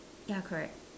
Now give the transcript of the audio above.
ya correct